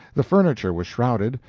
the furniture was shrouded,